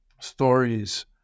stories